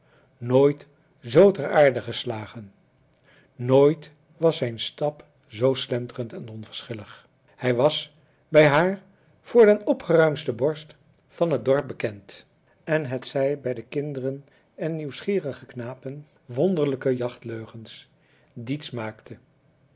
nooit zoo ter aarde geslagen nooit was zijn stap zoo slenterend en onverschillig hij was bij haar voor den opgeruimdsten borst van het dorp bekend en het zij hij de kinderen en nieuwsgierige knapen wonderlijke jachtleugens diets maakte